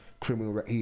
criminal